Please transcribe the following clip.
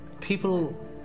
people